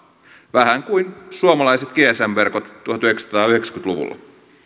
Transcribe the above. vähän kuin suomalaiset gsm verkot tuhatyhdeksänsataayhdeksänkymmentä luvulla